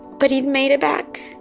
but he made it back.